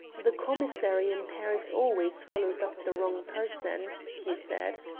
the commissary in paris always follows up the wrong person, he said.